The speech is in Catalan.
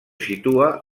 situa